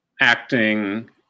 acting